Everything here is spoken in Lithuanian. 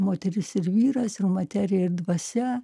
moteris ir vyras ir materija ir dvasia